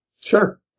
Sure